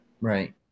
Right